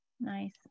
Nice